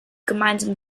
gemeinsam